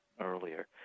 earlier